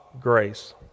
grace